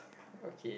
okay